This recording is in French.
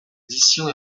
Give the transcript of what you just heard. éditions